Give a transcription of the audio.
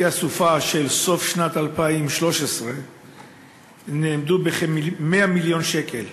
נזקי הסופה של סוף שנת 2013 נאמדו ב-100 מיליון שקל,